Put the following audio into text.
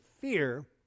fear